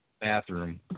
bathroom